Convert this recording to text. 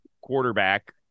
quarterback